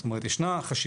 זאת אומרת, ישנה חשיבות